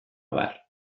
abar